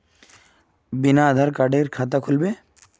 बिना आधार कार्डेर खाता खुल बे?